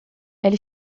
ela